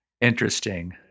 interesting